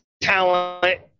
talent